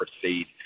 proceed